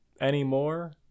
anymore